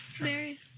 Mary